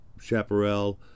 Chaparral